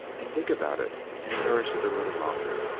and dig about it, and nourish it a little longer,